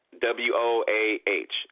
W-O-A-H